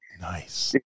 Nice